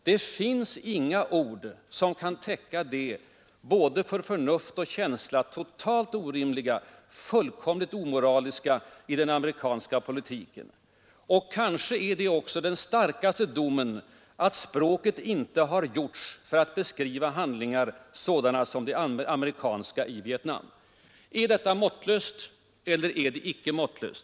Det finns inga ord som kan täcka det både för förnuft och känsla totalt orimliga, fullkomligt omoraliska i den amerikanska politiken. Och kanske är det också den starkaste domen att språket inte har gjorts för att beskriva handlingar sådana som de amerikanska i Vietnam.” Är detta måttlöst eller inte?